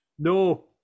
No